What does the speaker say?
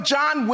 John